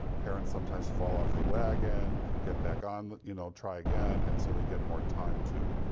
parents sometimes fall off the wagon get back on, you know try again, and so they get more time to,